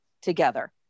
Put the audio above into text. together